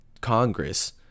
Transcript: Congress